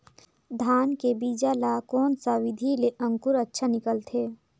धान के बीजा ला कोन सा विधि ले अंकुर अच्छा निकलथे?